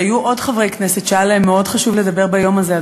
אז היו עוד חברי כנסת שהיה להם מאוד חשוב לדבר ביום הזה,